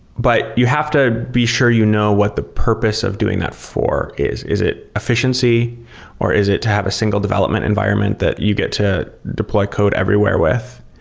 but you have to be sure you know what the purpose of doing that for is. is it efficiency or is it to have a single development environment that you get to deploy code everywhere with?